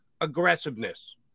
aggressiveness